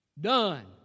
Done